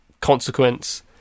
consequence